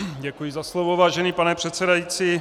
Děkuji za slovo, vážený pane předsedající.